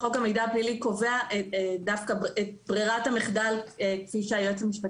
חוק המידע הפלילי קובע דווקא את ברירת המחדל כפי שאמר